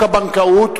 הבנקאות